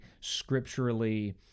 scripturally